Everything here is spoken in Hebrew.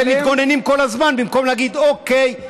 ואתם מתגוננים כל הזמן במקום להגיד: אוקיי,